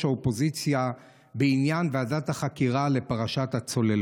האופוזיציה בעניין ועדת החקירה לפרשת הצוללות.